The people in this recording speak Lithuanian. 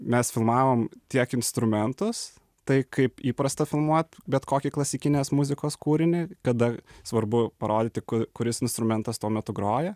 mes filmavom tiek instrumentus tai kaip įprasta filmuot bet kokį klasikinės muzikos kūrinį kada svarbu parodyti kuris instrumentas tuo metu groja